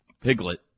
Piglet